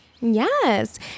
Yes